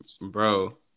bro